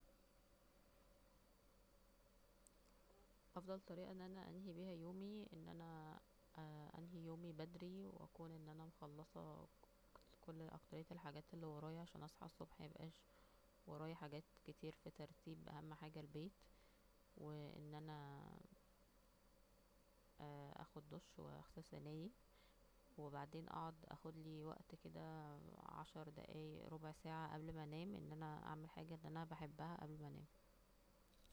افضل طريقة أن أنا انهي بيها يومي أن أنا انهي يومي بدري واكون أن أنا مخلصة كل اكترية الحاجات اللي ورايا عشان اصحى الصبح ميكونش في ورايا حاجات كتير في ترتيب اهم حاجة البيت و أن أنا اخد دش واغسل سناني وبعدين اقعد اخدلي وقت كده عشر دقايق ربع ساعة قبل ما أنام أن أنا أعمل الحاجة اللي انا بحبها قبل ما انام